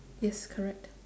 yes correct